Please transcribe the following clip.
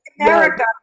America